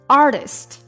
artist